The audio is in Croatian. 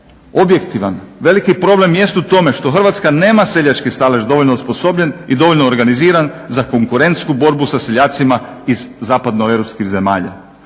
objektivan veliki problem jest u tome što Hrvatska nema seljački stalež dovoljno osposobljen i dovoljno organiziran za konkurentsku borbu sa seljacima iz zapadnoeuropskih zemalja.